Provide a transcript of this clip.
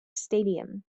stadium